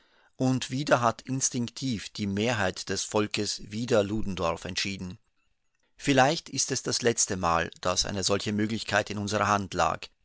und wieder hat instinktiv die mehrheit des volkes wider ludendorff entschieden vielleicht ist es das letzte mal daß eine solche möglichkeit in unserer hand lag